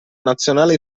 nazionale